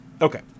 okay